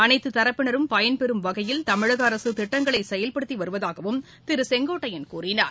அளைத்துத் தரப்பினரும் பயன்பெறும் வகையில் தமிழக அரசு திட்டங்களை செயல்படுத்தி வருவதாகவும் திரு செங்கோட்டையன் கூறினார்